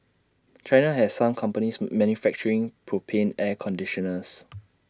China has some companies manufacturing propane air conditioners